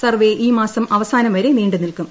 survey ഈ മാസം അവസാനം വരെ നീണ്ടു നിൽക്കും